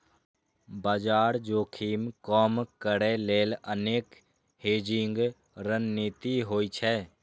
बाजार जोखिम कम करै लेल अनेक हेजिंग रणनीति होइ छै